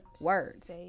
words